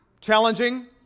Challenging